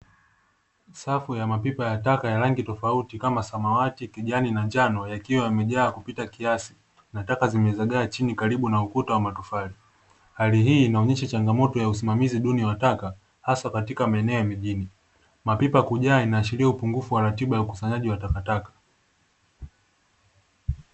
Safu ya mapipa ya taka ya rangi tofauti kama samawati, kijani na njano yakiwa yamejaa kupita kiasi nataka zimezagaa chini karibu na ukuta wa matofali, hali hii inaonyesha changamoto ya usimamizi duni wataka hasa katika maeneo ya mijini, mapipa kujaa inaashiria upungufu wa ratiba ya ukusanyaji wa takataka.